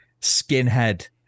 skinhead